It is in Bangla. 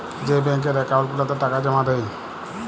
যেই ব্যাংকের একাউল্ট গুলাতে টাকা জমা দেই